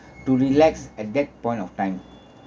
to relax at that point of time